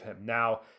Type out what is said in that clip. Now